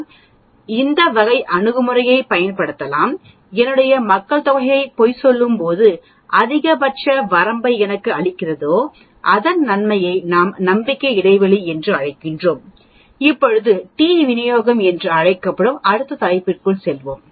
நான் இந்த வகை அணுகுமுறையைப் பயன்படுத்தலாம் என்னுடைய மக்கள் தொகையை பொய் சொல்லும் அதிகபட்ச வரம்பை எனக்கு அளிக்கிறதோ அதன் நன்மையை நாம் நம்பிக்கை இடைவெளி என்று அழைக்கிறோம் இப்பொழுது டி விநியோகம் என்று அழைக்கப்படும் அடுத்த தலைப்புக்கு செல்வோம்